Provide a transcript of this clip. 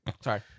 Sorry